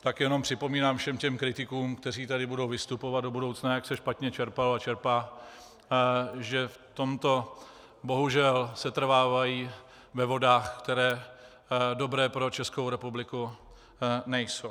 Tak jenom připomínám všem těm kritikům, kteří tady budou vystupovat do budoucna, jak se špatně čerpalo a čerpá, že v tomto bohužel setrvávají ve vodách, které dobré pro Českou republiku nejsou.